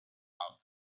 out